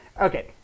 Okay